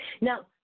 Now